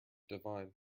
divine